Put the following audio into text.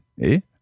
et